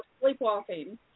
sleepwalking